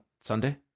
Sunday